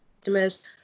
customers